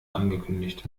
angekündigt